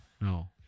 No